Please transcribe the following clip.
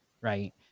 right